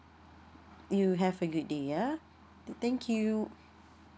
you have a great day yeah thank you